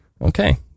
Okay